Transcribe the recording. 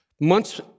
months